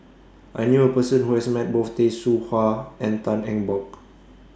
I knew A Person Who has Met Both Tay Seow Huah and Tan Eng Bock